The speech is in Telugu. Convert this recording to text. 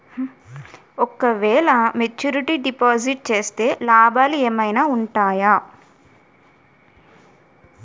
ఓ క వేల మెచ్యూరిటీ డిపాజిట్ చేస్తే లాభాలు ఏమైనా ఉంటాయా?